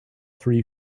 three